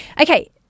Okay